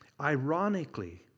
Ironically